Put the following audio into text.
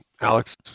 Alex